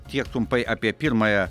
tiek trumpai apie pirmąją